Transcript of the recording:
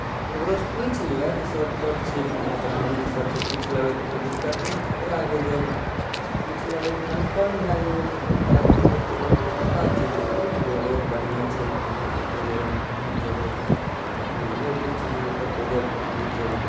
ककरहुसँ पूछि लिअ जे शॉर्टकट छियै कि नहि ग्रामीणसभसँ पूछि लेबै तऽ कोनो दिक्क्त नहि ने हेतै आगे जाइमे आ पूछि लेबै तऽ कन्फर्म भए जेबै जे कोन दए के जेबै तऽ रोडके पता चलि जेतै ने जे रोड बढ़िआँ छै की नहि कतेक बेरमे पहुँचि जेबै एकबेर ओहो पूछि लियौ कतेक देरमे पहुँचि जेबै